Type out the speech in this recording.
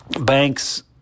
banks